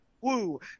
woo